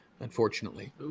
Unfortunately